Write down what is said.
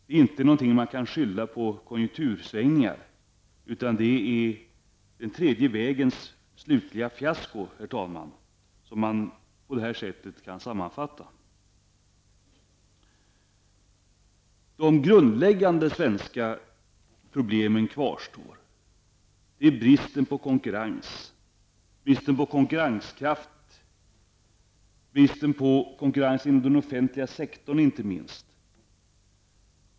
Det är inte någonting som man kan skylla på konjunktursvängningar, utan det är den tredje vägens slutliga fiasko, herr talman, som kan sammanfattas på detta enkla sätt. De grundläggande svenska problemen kvarstår, bl.a. bristen på konkurrens och konkurrenskraft, inte minst bristen på konkurrens inom den offentliga sektorn.